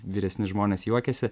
vyresni žmonės juokiasi